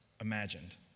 imagined